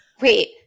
Wait